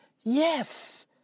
Yes